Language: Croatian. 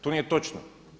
To nije točno.